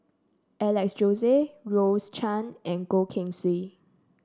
Alex Josey Rose Chan and Goh Keng Swee